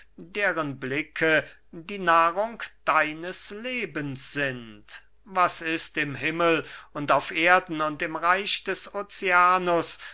deren blicke die nahrung deines lebens sind was ist im himmel und auf erden und im reich des oceanus